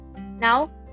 now